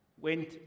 went